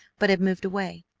but had moved away.